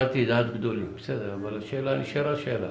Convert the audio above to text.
השאלה נשארה שאלה.